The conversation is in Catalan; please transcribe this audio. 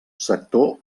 sector